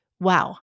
Wow